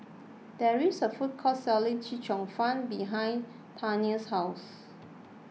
there is a food court selling Chee Cheong Fun behind Tania's house